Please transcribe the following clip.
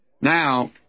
Now